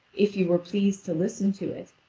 if you were pleased to listen to it,